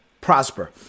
prosper